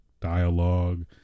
Dialogue